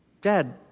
Dad